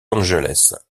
angeles